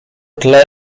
tle